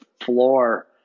floor